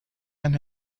and